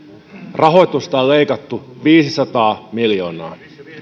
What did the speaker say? rahoitusta on leikattu viisisataa miljoonaa